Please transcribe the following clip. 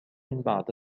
بعد